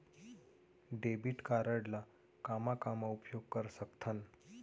Debit card ला कामा कामा उपयोग कर सकथन?